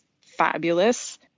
fabulous